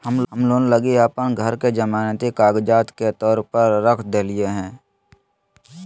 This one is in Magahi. हम लोन लगी अप्पन घर के जमानती कागजात के तौर पर रख देलिओ हें